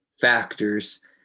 factors